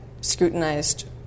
scrutinized